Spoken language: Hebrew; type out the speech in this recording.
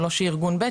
או לא של ארגון ב',